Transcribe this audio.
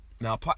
now